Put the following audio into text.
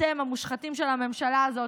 אתם המושחתים של הממשלה הזאת,